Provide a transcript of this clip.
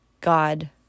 God